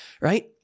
right